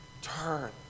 Turn